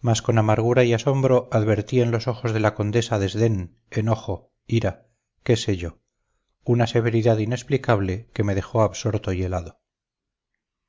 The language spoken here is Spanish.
mas con amargura y asombro advertí en los ojos de la condesa desdén enojo ira qué sé yo una severidad inexplicable que me dejó absorto y helado